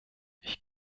ich